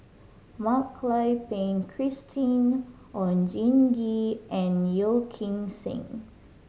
Mak Lai Peng Christine Oon Jin Gee and Yeo Kim Seng